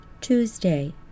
Tuesday